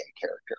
character